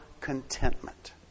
contentment